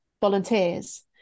volunteers